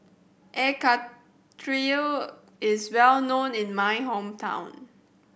Air Karthira is well known in my hometown